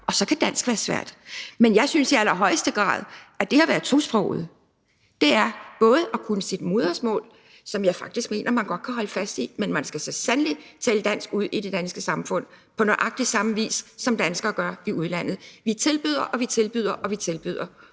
og så kan dansk være svært. Men jeg synes i allerhøjeste grad, at det at være tosproget er at kunne både sit modersmål, som jeg faktisk mener man godt kan holde fast i, men også dansk, og man skal så sandelig tale dansk ude i det danske samfund, på nøjagtig samme vis som danskere gør i udlandet. Vi tilbyder, og vi tilbyder, og det er